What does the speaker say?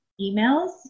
emails